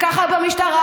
וככה במשטרה,